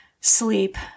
sleep